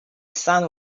sun